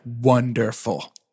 wonderful